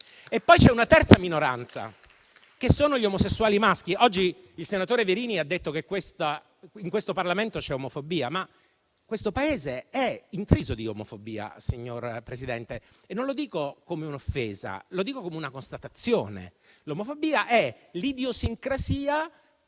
poi una terza minoranza, quella degli omosessuali maschi. Oggi il senatore Verini ha detto che in questo Parlamento c'è omofobia. Ma questo Paese è intriso di omofobia, signora Presidente. Non lo dico come un'offesa, lo dico come una constatazione. L'omofobia è l'idiosincrasia